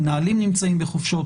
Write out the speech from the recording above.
מנהלים נמצאים בחופשות,